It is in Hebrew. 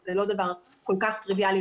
וזה לא דבר כל כך טריוויאלי,